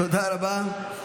תודה רבה.